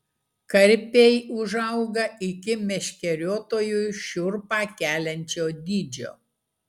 karpiai užauga iki meškeriotojui šiurpą keliančio dydžio